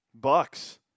Bucks